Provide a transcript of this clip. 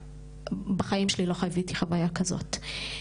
בחיים שלי לא חוויתי חוויה כזאת,